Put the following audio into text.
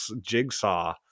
jigsaw